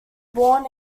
born